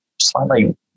slightly